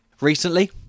recently